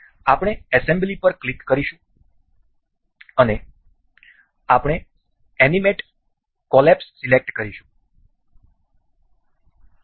આપણે એસેમ્બલી પર ક્લિક કરીશું અને આપણે એનિમેટ કોલેપ્સ સિલેક્ટ કરીશું